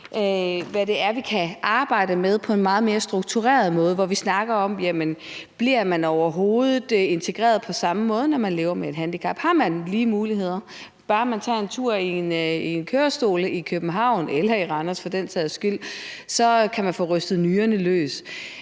hvad det er, vi kan arbejde med på en meget mere struktureret måde, hvor vi snakker om, om man overhovedet bliver integreret på samme måde, når man lever med et handicap. Har man lige muligheder, og får man rystet nyrerne løs, bare fordi man får en tur i en kørestol i København eller i Randers for den sags skyld? Vi kender til, at der er